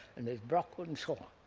and there's brockwood and so on,